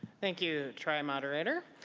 thank you, tri-mod rater.